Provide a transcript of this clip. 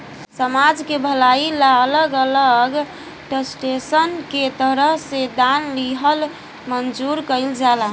समाज के भलाई ला अलग अलग ट्रस्टसन के तरफ से दान लिहल मंजूर कइल जाला